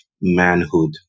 manhood